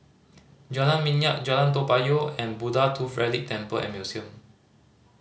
Jalan Minyak Jalan Toa Payoh and Buddha Tooth Relic Temple and Museum